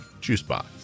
juicebox